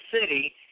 City